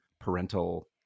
parental